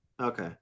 Okay